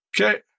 Okay